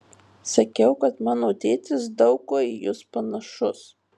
sakiau kad mano tėtis daug kuo į jus panašus